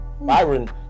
Byron